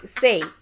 say